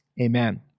amen